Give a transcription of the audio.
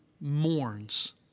mourns